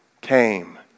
came